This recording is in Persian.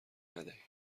ندهیم